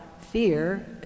fear